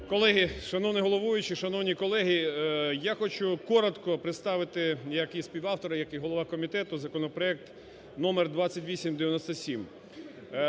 Колеги. Шановний головуючий, шановні колеги, я хочу коротко представити як і співавтор, як і голова комітету, законопроект номер 2897,